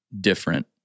different